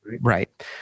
right